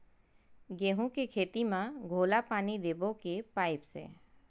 गेहूं के खेती म घोला पानी देबो के पाइप से?